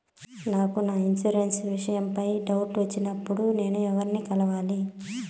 నాకు నా ఇన్సూరెన్సు విషయం పై డౌట్లు వచ్చినప్పుడు నేను ఎవర్ని కలవాలి?